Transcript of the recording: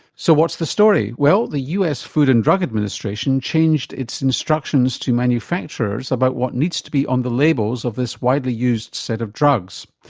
so what's the story? well the us food and drug administration changed its instructions to manufacturers about what needs to be on the labels of this widely used set of drugs.